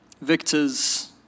Victors